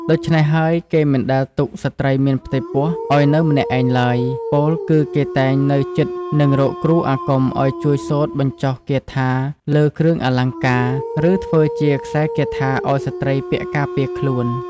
ដូច្នេះហើយគេមិនដែលទុកស្រ្តីមានផ្ទៃពោះឲ្យនៅម្នាក់ឯងឡើយ ពោលគឺគេតែងនៅជិតនិងរកគ្រូអាគមឲ្យជួយសូត្របញ្ចុះគាថាលើគ្រឿងអលង្កា ឬធ្វើជាខ្សែគាថាឲ្យស្ត្រីពាក់ការពារខ្លួន